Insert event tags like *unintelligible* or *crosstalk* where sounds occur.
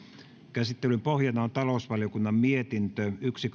käsittelyn pohjana on talousvaliokunnan mietintö yksi *unintelligible*